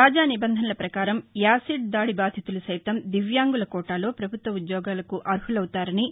తాజా నిబంధనల ప్రకారం యాసిడ్ దాది బాధితులు సైతం దివ్యాంగుల కోటాలో ప్రభుత్వ ఉద్యోగాలకు అర్హులవుతారని